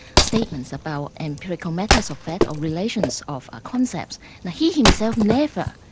statements about empirical matters of fact or relations of ah concepts. now he himself never,